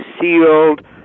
sealed